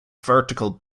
vertical